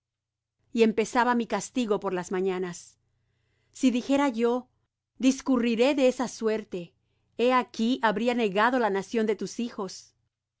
y empezaba mi castigo por las mañanas si dijera yo discurriré de esa suerte he aquí habría negado la nación de tus hijos